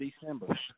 December